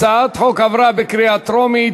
הצעת החוק עברה בקריאה טרומית